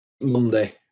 monday